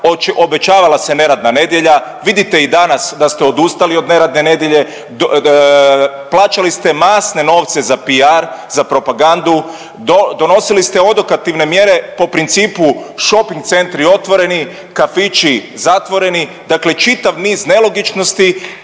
obećavala se neradna nedjelja, vidite i danas da ste odustali od neradne nedjelje, plaćali ste masne novce za PR za propagandu, donosili ste odokativne mjere po principu šoping centri otvoreni, kafići zatvoreni, dakle čitav niz nelogičnosti